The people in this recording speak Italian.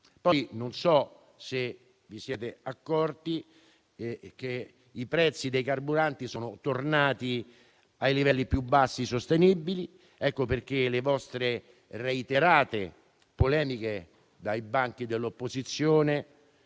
Non so se vi siete accorti che i prezzi dei carburanti sono tornati ai livelli più bassi sostenibili. Ecco perché le vostre reiterate polemiche dai banchi dell'opposizione